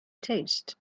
taste